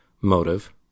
motive